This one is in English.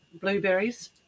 blueberries